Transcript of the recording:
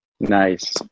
Nice